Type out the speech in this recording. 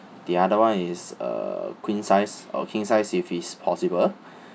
the other [one] is uh queen size or king size if it's possible